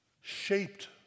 shaped